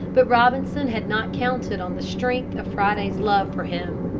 but robinson had not counted on the strength of friday's love for him.